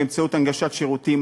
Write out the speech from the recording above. באמצעות הנגשת שירותים,